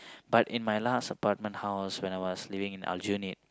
but in my last apartment house when I was living in Aljunied